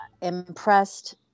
impressed